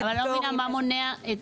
וזה פטורים --- אני לא מבינה מה מונע מחברת